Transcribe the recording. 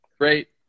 Great